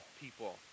people